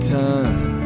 time